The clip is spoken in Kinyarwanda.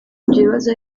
bibazo